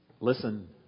listen